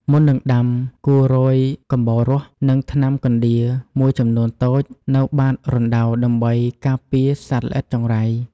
មុននឹងដាំ គួររោយកំបោរស និងថ្នាំកណ្ដៀរមួយចំនួនតូចនៅបាតរណ្តៅដើម្បីការពារសត្វល្អិតចង្រៃ។